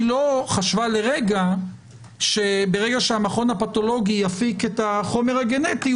היא לא חשבה לרגע שברגע שהמכון הפתולוגי יפיק את החומר הגנטי,